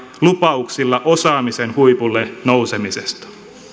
lupauksilla osaamisen huipulle nousemisesta